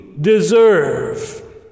deserve